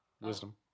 wisdom